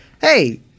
Hey